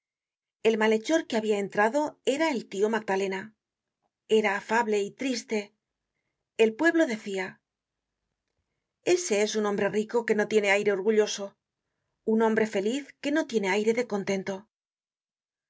el malhechor que habia entrado era el tio magdalena era afable y triste el pueblo decia ese es un hombre rico que no tiene aire orgulloso un hombre feliz que no tiene aire de contento